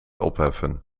opheffen